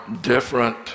different